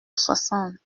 soixante